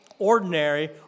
Ordinary